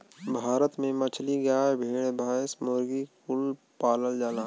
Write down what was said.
भारत में मछली, गाय, भेड़, भैंस, मुर्गी कुल पालल जाला